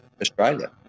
Australia